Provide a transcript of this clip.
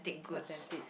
attend it